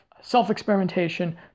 self-experimentation